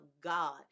God